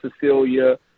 Cecilia